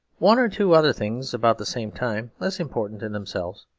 one or two other things about the same time, less important in themselves,